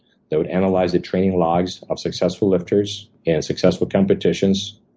they would analyze the training logs of successful lifters and successful competitions.